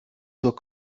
zur